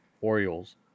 Orioles